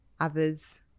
others